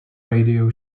radio